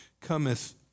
cometh